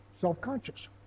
self-conscious